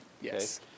Yes